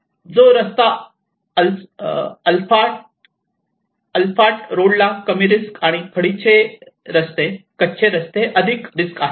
जो रस्ता अस्फाल्ट रोडला कमी रिस्क आणि खडीचे रस्ते कच्चे रस्ते अधिक रिस्क आहे